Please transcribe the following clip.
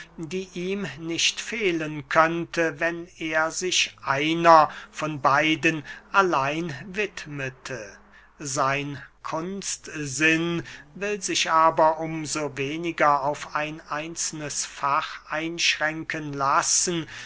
die ihm nicht fehlen könnte wenn er sich einer von beiden allein widmete sein kunstsinn will sich aber um so weniger auf ein einzelnes fach einschränken lassen